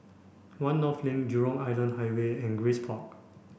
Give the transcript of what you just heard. One North Link Jurong Island Highway and Grace Park